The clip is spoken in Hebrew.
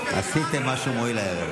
הדמוקרטיה לשיטת קרעי,